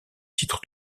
titre